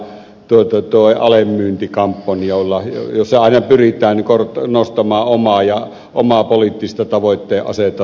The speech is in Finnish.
kotimaisilla ale myyntikampanjoilla joissa aina pyritään nostamaan omaa poliittista tavoitteen asetantaa